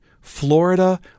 Florida